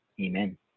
Amen